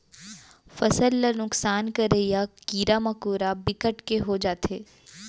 फसल ल नुकसान करइया कीरा मकोरा बिकट के हो जाथे